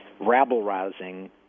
rabble-rousing